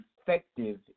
effective